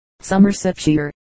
Somersetshire